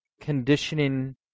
conditioning